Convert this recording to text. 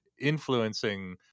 influencing